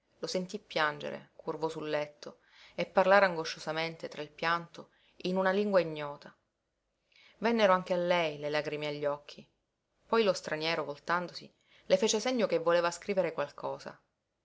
lo sentí piangere curvo sul letto e parlare angosciosamente tra il pianto in una lingua ignota vennero anche a lei le lagrime agli occhi poi lo straniero voltandosi le fece segno che voleva scrivere qualcosa